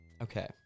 Okay